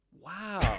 Wow